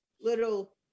little